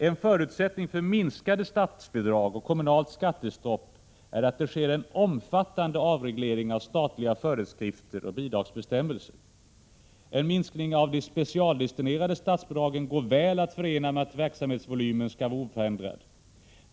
En förutsättning för minskade statsbidrag och kommunalt skattestopp är att det sker en omfattande avreglering av statliga föreskrifter och bidragsbestämmelser. En minskning av de specialdestinerade statsbidragen går väl att förena med att verksamhetsvolymen skall vara oförändrad.